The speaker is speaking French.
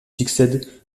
succède